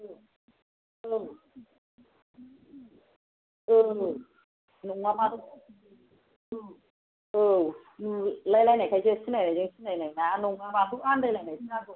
औ औ औ नङाबा औ नुलाय लायनायखायसो सिनायनाजों सिनायनाय ना नङाबाथ' आन्दायलायनायसो जागौमोन